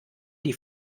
die